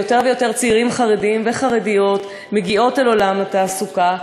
ויותר ויותר צעירים חרדים וחרדיות מגיעים אל עולם התעסוקה,